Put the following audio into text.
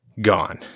Gone